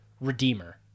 redeemer